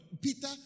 Peter